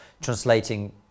translating